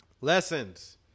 Lessons